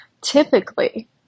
Typically